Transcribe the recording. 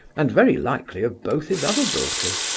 and very likely of both his other daughters,